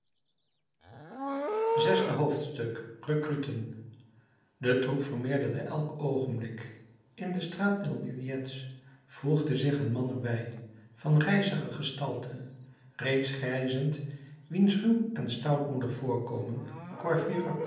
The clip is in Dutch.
zesde hoofdstuk recruten de troep vermeerderde elk oogenblik in de straat des billettes voegde zich een man er bij van rijzige gestalte reeds grijzend wiens ruw en stoutmoedig voorkomen